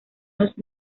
los